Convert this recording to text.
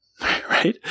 right